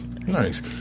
Nice